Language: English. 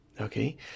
okay